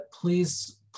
please